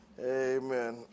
Amen